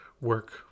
work